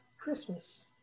Christmas